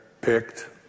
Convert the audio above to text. picked